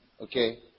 Okay